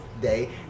day